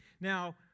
Now